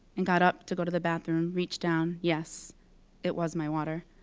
and got up to go to the bathroom. reached down, yes it was my water.